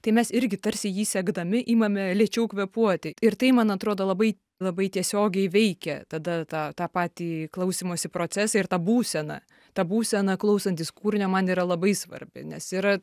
tai mes irgi tarsi jį sekdami imame lėčiau kvėpuoti ir tai man atrodo labai labai tiesiogiai veikia tada tą tą patį klausymosi procesą ir tą būseną tą būsena klausantis kūrinio man yra labai svarbi nes yra